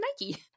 Nike